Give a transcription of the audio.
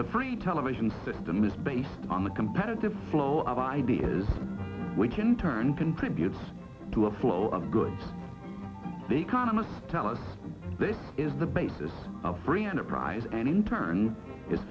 the free television system is based on the competitive flow of ideas we can turn contributes to a flow of goods they can tell us this is the basis of free enterprise and in turn is